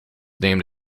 named